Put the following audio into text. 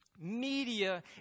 Media